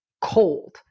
cold